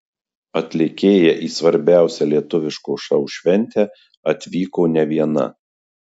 atlikėja į svarbiausią lietuviško šou šventę atvyko ne viena